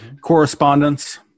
Correspondence